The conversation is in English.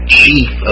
chief